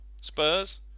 Spurs